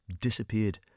Disappeared